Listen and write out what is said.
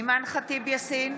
אימאן ח'טיב יאסין,